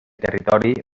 territori